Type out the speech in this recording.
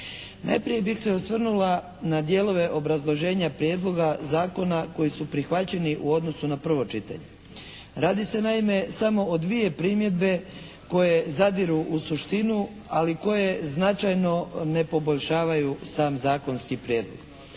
Najprije bih se osvrnula na dijelove obrazloženja prijedloga zakona koji su prihvaćeni u odnosu na prvo čitanje. Radi se naime samo o dvije primjedbe koje zadiru u suštinu ali koje značajno ne poboljšavaju sam zakonski prijedlog.